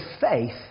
faith